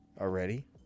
Already